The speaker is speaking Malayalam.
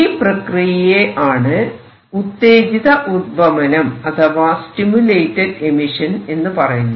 ഈ പ്രക്രിയയെയാണ് ഉത്തേജിത ഉദ്വമനം അഥവാ സ്റ്റിമുലേറ്റഡ് എമിഷൻ എന്ന് പറയുന്നത്